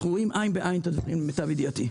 אנחנו רואים עין בעין את הדברים, למיטב ידיעתי.